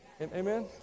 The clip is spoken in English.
Amen